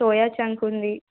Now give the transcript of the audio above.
soya chunk ఉంది